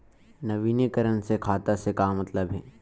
नवीनीकरण से खाता से का मतलब हे?